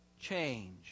change